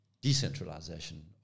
decentralization